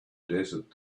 desert